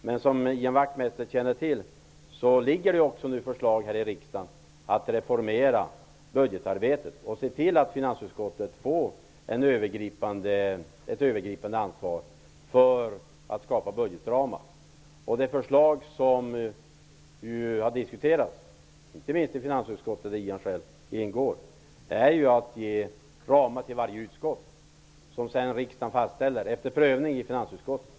Men som Ian Wachtmeister känner till föreligger nu ett förslag här i riksdagen om att reformera budgetarbetet och att finansutskottet får ett övergripande ansvar för att skapa budgetramar. De förslag som har diskuterats, inte minst i finansutskottet där Ian Wachtmeister själv ingår, är att ge ramar till varje utskott som sedan riksdagen fastställer efter prövning i finansutskottet.